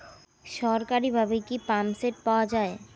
সরকারিভাবে কি পাম্পসেট পাওয়া যায়?